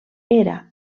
era